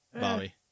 Bobby